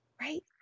right